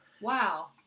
Wow